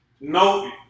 no